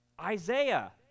Isaiah